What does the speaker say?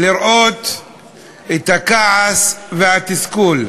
לראות את הכעס והתסכול,